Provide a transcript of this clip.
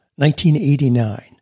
1989